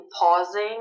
pausing